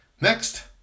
Next